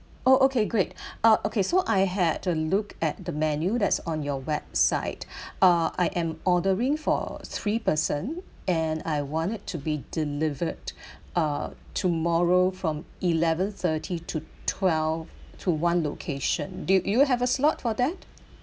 oh okay great uh okay so I had a look at the menu that's on your website uh I am ordering for three person and I want it to be delivered uh tomorrow from eleven thirty to twelve to one location do do you have a slot for that